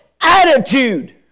attitude